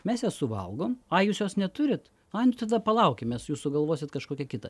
mes ją suvalgom ai jūs jos neturit ai nu tada palaukim mes jūs sugalvosit kažkokią kitą